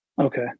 Okay